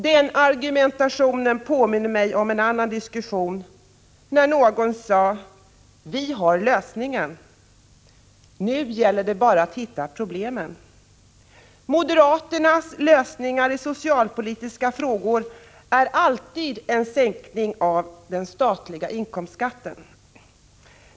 Den argumentationen påminner mig om en annan diskussion där någon sade: Vi har lösningen, nu gäller det bara att hitta problemen. Moderaternas lösningar i socialpolitiska frågor är alltid en sänkning av den statliga inkomstskatten.